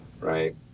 right